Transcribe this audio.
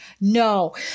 No